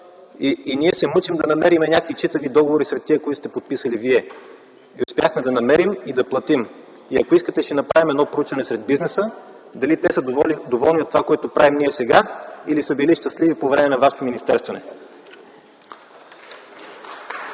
И ние се мъчим да намерим някакви читави договори сред тези, които сте подписали вие. И успяхме да намерим, и да платим. И ако искате, ще направим проучване сред бизнеса – дали са доволни от това, което правим ние сега, или са били щастливи по време на вашето министерстване.